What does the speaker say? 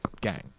gang